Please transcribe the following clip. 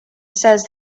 says